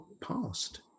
past